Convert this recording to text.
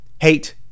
hate